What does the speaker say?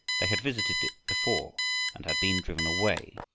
they had visited it before and had been driven away,